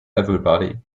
everybody